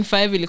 Five